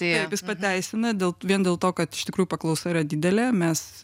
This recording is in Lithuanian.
tai pateisina dėl vien dėl to kad iš tikrųjų paklausa yra didelė mes